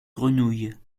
grenouilles